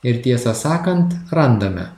ir tiesą sakant randame